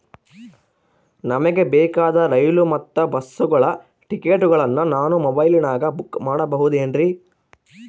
ನಮಗೆ ಬೇಕಾದ ರೈಲು ಮತ್ತ ಬಸ್ಸುಗಳ ಟಿಕೆಟುಗಳನ್ನ ನಾನು ಮೊಬೈಲಿನಾಗ ಬುಕ್ ಮಾಡಬಹುದೇನ್ರಿ?